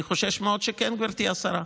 אני חושש מאוד שכן, גברתי השרה,